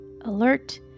alert